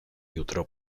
jutro